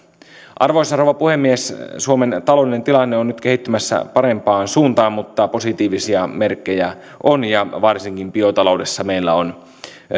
arvoisa rouva puhemies suomen taloudellinen tilanne on nyt kehittymässä parempaan suuntaan mutta positiivisia merkkejä on ja varsinkin biotaloudessa meillä on